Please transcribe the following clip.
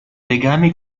legami